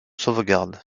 sauvegarde